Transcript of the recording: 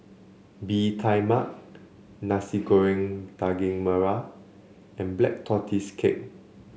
Bee Tai Mak Nasi Goreng Daging Merah and Black Tortoise Cake